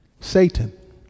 Satan